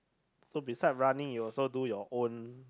so beside running you also do your own